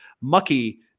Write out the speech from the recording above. mucky